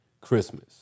Christmas